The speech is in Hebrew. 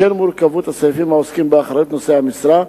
בשל מורכבות הסעיפים העוסקים באחריות נושאי המשרה,